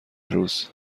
روز